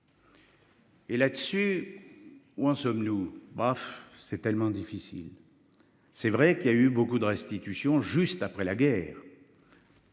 Et là-dessus. Où en sommes-nous. Bof c'est tellement difficile. C'est vrai qu'il y a eu beaucoup de restitution juste après la guerre.